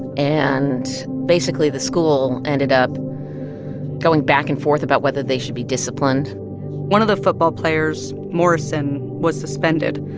and basically, the school ended up going back and forth about whether they should be disciplined one of the football players, morrison, was suspended.